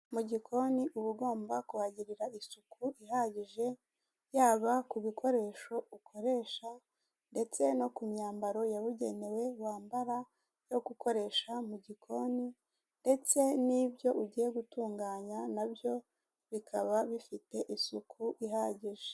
Mu gikoni uba ugomba kuhagirira isuku ihagije yaba ku bikoresho ukoresha ndetse no ku myambaro yabugenewe wambara yo gukoresha mu gikoni ndetse n'ibyo ugiye gutunganya na byo bikaba bifite isuku ihagije.